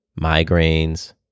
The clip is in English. migraines